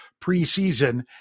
preseason